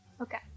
okay